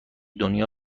دنیا